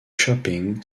shopping